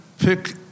pick